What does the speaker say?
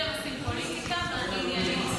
אותם עושים פוליטיקה ואני עניינית.